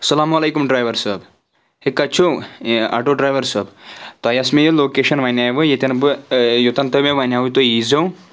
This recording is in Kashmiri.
اسلامُ علیکُم ڈرایِوَر صٲب ہے کَتہِ چھُو آٹو ڈرایِوَر صٲب تۄہہِ ٲس مےٚ یہِ لوکَیشَن وۄنۍ ییٚتؠن بہٕ یوٚتن تُہۍ مےٚ وَنو تُہۍ یی زیَو